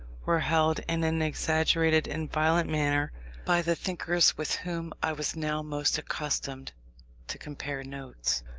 were held in an exaggerated and violent manner by the thinkers with whom i was now most accustomed to compare notes,